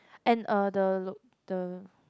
and a the look the